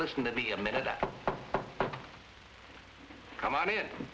listen to be a minute come on i